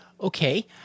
Okay